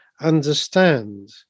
understand